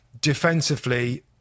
Defensively